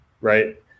right